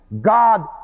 God